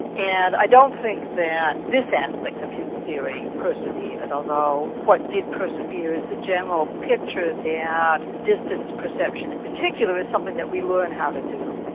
and i don't think that this aspect of his theory persevered, although what did persevere is the general picture that distance perception in particular is something that we learn how to do.